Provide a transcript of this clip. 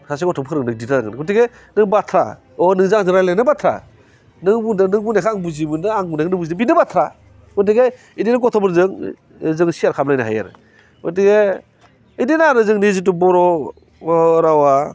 सासे गथ'खौ फोरोंनायाव दिगदार जागोन गथिखे नों बाथ्रा अह नोंजों आंजों रायलायनायानो बाथ्रा नों बुंदों नों बुंनायखौ आं बुजि मोनदों आं बुंनायखौ नों बुजिदों बेनो बाथ्रा गथिखे बिदिनो गथ'फोरजों जों सेयार खालामलायनो हायो आरो गथिखे बिदिनो आरो जोंनि जिथु बर' अह रावआ